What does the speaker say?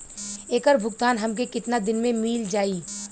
ऐकर भुगतान हमके कितना दिन में मील जाई?